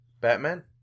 Batman